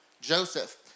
Joseph